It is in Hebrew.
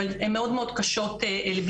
אבל הן מילים מאוד קשות לביצוע